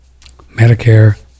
Medicare